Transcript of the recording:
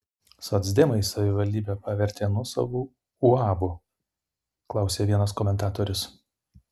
socdemai savivaldybę pavertė nuosavu uabu klausia vienas komentatorius